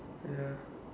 ya